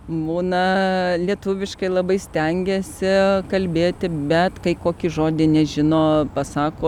būna lietuviškai labai stengiasi kalbėti bet kai kokį žodį nežino pasako